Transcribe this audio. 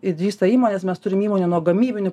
išdrįsta įmonės mes turim įmonių nuo gamybinių